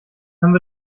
haben